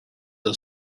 are